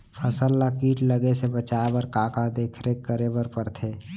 फसल ला किट लगे से बचाए बर, का का देखरेख करे बर परथे?